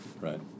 Right